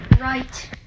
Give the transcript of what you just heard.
right